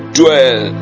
dwell